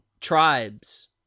tribes